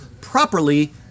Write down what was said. properly